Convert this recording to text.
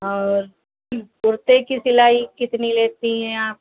और कुर्ते की सिलाई कितनी लेती हैं आप